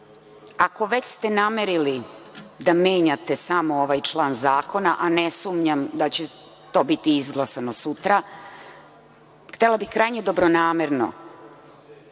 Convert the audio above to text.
ako ste već namerili da samo menjate ovaj član zakona, a ne sumnjam da će to biti izglasano sutra, htela bih krajnje dobronamerno,